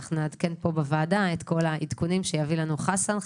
-- ואנחנו נעדכן פה בוועדה את כל העדכונים שיביא לנו חסן.